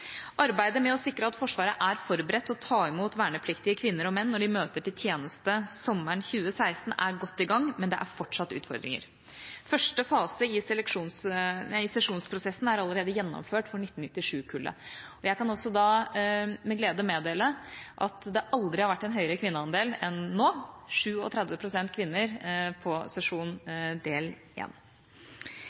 Arbeidet med å sikre at Forsvaret er forberedt på å ta imot vernepliktige kvinner og menn når de møter til tjeneste sommeren 2016, er godt i gang, men det er fortsatt utfordringer. Første fase i sesjonsprosessen er allerede gjennomført for 1997-kullet. Og jeg kan med glede meddele at det aldri har vært en høyere kvinneandel enn nå – 37 pst. kvinner på sesjon del